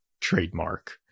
trademark